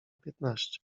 piętnaście